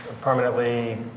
permanently